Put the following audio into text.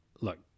look